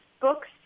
books